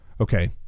Okay